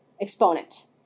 exponent